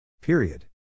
Period